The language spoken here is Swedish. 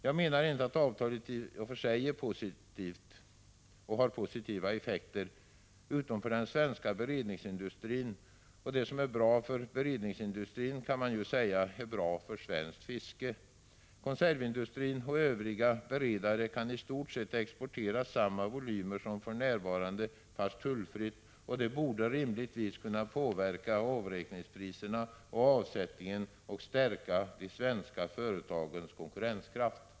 Jag menar inte att avtalet i och för sig har positiva effekter utom för svensk beredningsindustri, och det som är bra för vår beredningsindustri kan man ju säga är bra för svenskt fiske. Konservindustrin och övriga beredare kan i stort sett exportera samma volym som för närvarande, fast tullfritt, och det borde rimligtvis kunna påverka avräkningspriserna och avsättningen och stärka de svenska företagens konkurrenskraft.